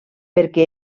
perquè